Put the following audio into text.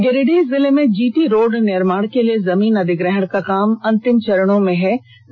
गिरिडीह जिले में GT road निर्माण के लिए जमीन अधिग्रहण का काम अंतिम चरणों में पहुँच चुका है